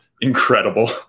incredible